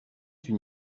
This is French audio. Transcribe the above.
une